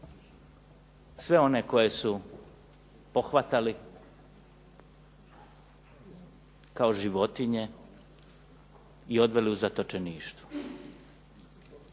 sve one koje su pohvatali kao životinje i odveli u zatočeništvo.